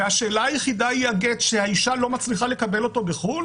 והשאלה היחידה היא הגט שהאישה לא מצליחה לקבל אותו בחו"ל